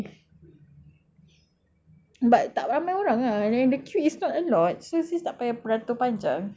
but tak ramai orang ah and the queue is not a lot so sis tak payah beratur panjang but imagine